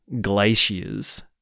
glaciers